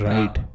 Right